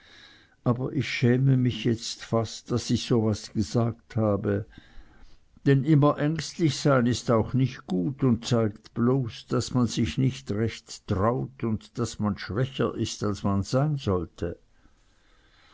aber ich schäme mich jetzt fast daß ich so was gesagt habe denn immer ängstlich sein ist auch nicht gut und zeigt bloß daß man sich nicht recht traut und daß man schwächer ist als man sein sollte